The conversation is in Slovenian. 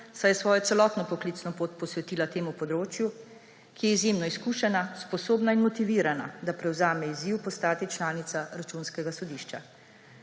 saj je svojo celotno poklicno pot posvetila temu področju, ki je izjemno izkušena, sposobna in motivirana, da prevzame izziv postati članica Računskega sodišča.